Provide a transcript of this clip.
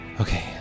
Okay